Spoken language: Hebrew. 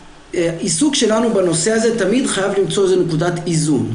העיסוק שלנו בנושא הזה תמיד חייב למצוא איזו נקודת איזון.